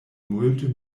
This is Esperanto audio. multe